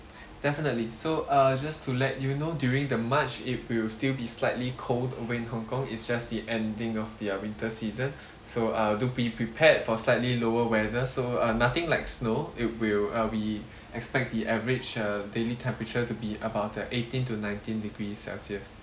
definitely so uh just to let you know during the march it will still be slightly cold over in hong kong it's just the ending of their winter season so uh do be prepared for slightly lower weather so uh nothing like snow it will uh we expect the average uh daily temperature to be about uh eighteen to nineteen degree celsius